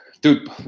dude